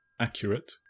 accurate